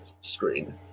screen